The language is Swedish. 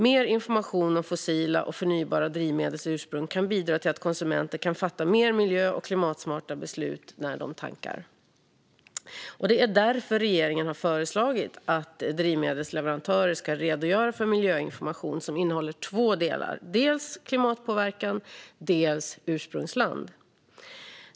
Mer information om fossila och förnybara drivmedels ursprung kan bidra till att konsumenter kan fatta mer miljö och klimatsmarta beslut när de tankar. Det är därför regeringen har föreslagit att drivmedelsleverantörer ska redogöra för miljöinformation som innehåller två delar: dels klimatpåverkan, dels ursprungsland.